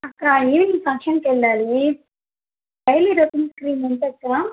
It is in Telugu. అక్కఈవెనింగ్ ఫంక్షన్కు వెళ్ళాలి డైలీ రిటర్న్ క్రీమ్ ఎంత అక్క